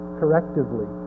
correctively